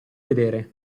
vedere